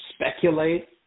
speculate